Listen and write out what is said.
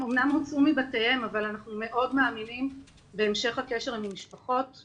הם אמנם הוצאו מבתיהם אבל אנחנו מאוד מאמינים בהמשך הקשר עם המשפחות.